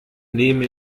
nehme